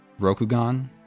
Rokugan